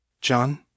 John